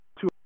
two